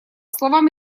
словам